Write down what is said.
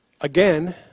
again